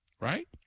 right